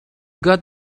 got